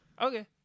Okay